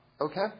Okay